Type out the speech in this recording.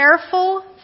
careful